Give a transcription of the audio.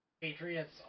Patriots